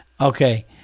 Okay